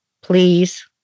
please